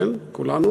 כן כולנו,